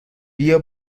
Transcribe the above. بیا